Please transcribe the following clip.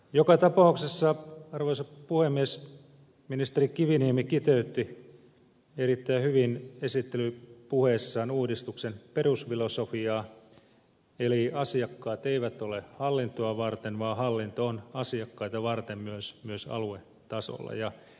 joka tapauksessa arvoisa puhemies ministeri kiviniemi kiteytti erittäin hyvin esittelypuheessaan uudistuksen perusfilosofiaa eli asiakkaat eivät ole hallintoa varten vaan hallinto on asiakkaita varten myös aluetasolla